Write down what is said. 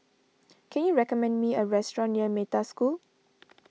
can you recommend me a restaurant near Metta School